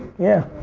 yeah,